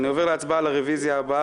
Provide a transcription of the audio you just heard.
אני עובר להצבעה על הרוויזיה הבאה,